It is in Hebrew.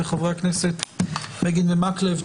לחברי הכנסת בגין ומקלב.